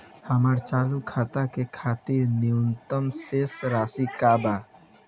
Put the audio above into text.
हमार चालू खाता के खातिर न्यूनतम शेष राशि का बा?